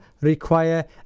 require